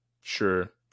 Sure